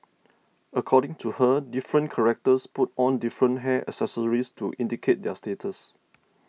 according to her different characters put on different hair accessories to indicate their status